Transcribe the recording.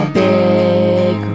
big